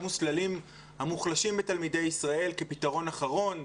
מוסללים המוחלשים בתלמידי ישראל כפתרון אחרון,